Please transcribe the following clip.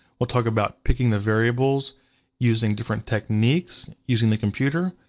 we'll talk about picking the variables using different techniques, using the computer.